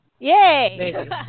Yay